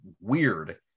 weird